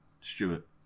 Stewart